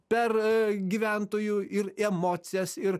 per gyventojų ir emocijas ir